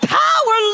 power